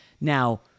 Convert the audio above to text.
Now